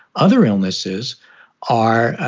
other illnesses are.